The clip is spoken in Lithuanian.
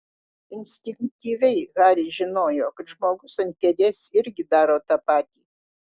instinktyviai haris žinojo kad žmogus ant kėdės irgi daro tą patį